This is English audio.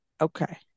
Okay